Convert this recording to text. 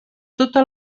tota